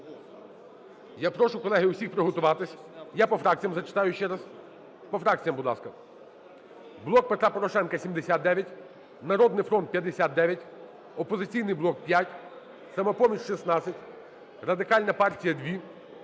Я прошу, колеги, усіх приготуватися. Я по фракціям зачитаю ще раз. По фракціям, будь ласка. "Блок Петра Порошенка" – 79, "Народний фронт" – 59, "Опозиційний блок" – 5, "Самопоміч" – 16, Радикальна партія –